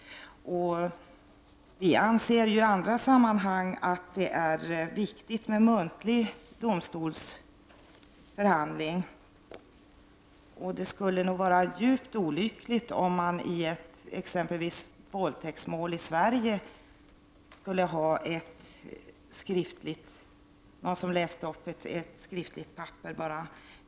Vi anser i andra sammanhang att det är viktigt med muntlig domstolsför handling. Det skulle nog vara djupt olyckligt, om man i exempelvis våldtäktsmål i Sverige skulle ha enbart ett skriftligt förfarande, alltså att någon läste upp vad som står på ett papper.